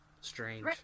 strange